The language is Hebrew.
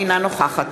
אינה נוכחת